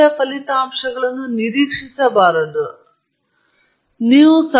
ಹೌದು ನಿಸ್ಸಂಶಯವಾಗಿ ನಮಗೆ ನಿಖರವಾದ ಅಂದಾಜು ಬೇಕು ಆದರ್ಶಪ್ರಾಯವಾಗಿ ನಾವು ನಿಖರವಾದ ಮತ್ತು ನಿಖರವಾದ ಅಂದಾಜಿನಂತೆ ಬಯಸುತ್ತೇವೆ